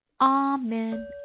Amen